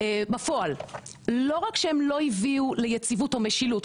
בפועל לא רק שהם לא הביאו ליציבות או משילות,